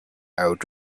out